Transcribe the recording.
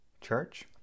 church